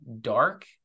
dark